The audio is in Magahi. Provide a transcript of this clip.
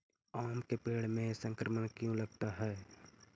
आम के पेड़ में संक्रमण क्यों लगता है?